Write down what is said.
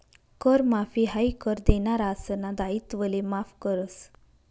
कर माफी हायी कर देनारासना दायित्वले माफ करस